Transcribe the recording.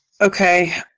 Okay